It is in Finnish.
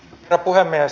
herra puhemies